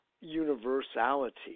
universality